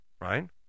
right